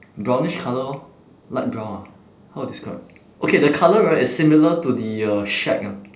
brownish colour lor light brown ah how to describe okay the colour right is similar to the uh shack ah